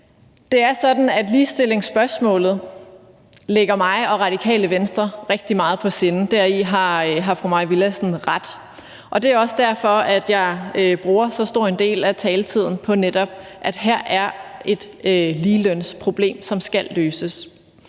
ligestillingsspørgsmålet ligger mig og Radikale Venstre rigtig meget på sinde, deri har fru Mai Villadsen ret. Det er også derfor, at jeg bruger så stor en del af taletiden på, at her er et ligelønsproblem, som skal løses.